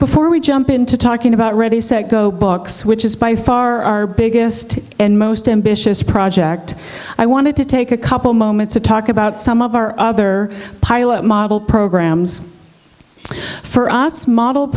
before we jump into talking about ready set go books which is by far biggest and most ambitious project i wanted to take a couple moments to talk about some of our other pilot model programs for us model